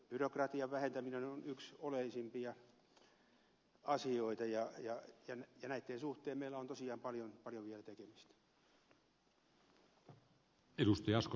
byrokratian vähentäminen on yksi oleellisimpia asioita ja näitten suhteen meillä on tosiaan paljon vielä tekemistä